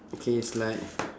okay it's like